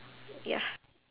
ya